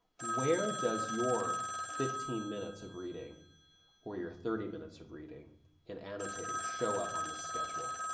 where does your fifteen minutes of reading or your thirty minutes of reading and annotating show up on this schedule?